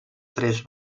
tres